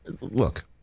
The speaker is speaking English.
Look